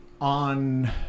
On